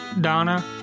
Donna